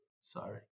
Sorry